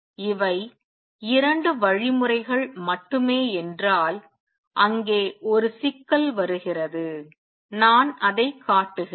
இவை 2 வழிமுறைகள் மட்டுமே என்றால் அங்கே ஒரு சிக்கல் வருகிறது நான் அதை காட்டுகிறேன்